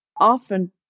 often